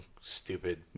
stupid